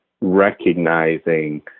recognizing